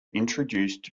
introduced